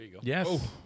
Yes